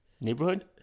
Neighborhood